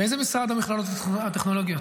מאיזה משרד המכללות הטכנולוגיות?